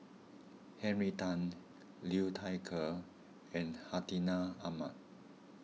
Henry Tan Liu Thai Ker and Hartinah Ahmad